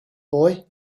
boy